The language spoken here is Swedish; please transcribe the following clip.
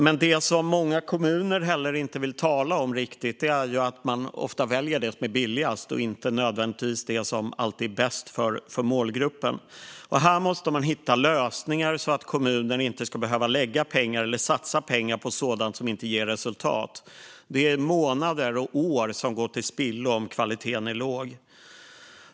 Men det som många kommuner inte heller vill tala om är att man ofta väljer det som är billigast, inte nödvändigtvis det som är bäst för målgruppen. Här måste man hitta lösningar så att kommuner inte ska behöva satsa pengar på sådant som inte ger resultat. Det är månader och år som går till spillo om kvaliteten är låg. Fru talman!